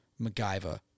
MacGyver